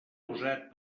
usat